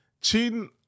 cheating